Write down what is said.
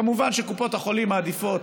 כמובן שקופות החולים מעדיפות